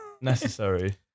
necessary